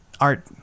art